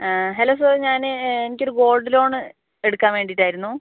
hello sir ഞാന് എനിക്കൊരു gold loan എടുക്കാൻ വേണ്ടിയിട്ടായിരുന്നു